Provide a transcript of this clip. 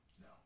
No